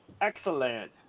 Excellent